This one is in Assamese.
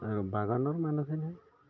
আৰু বাগানৰ মানুহখিনে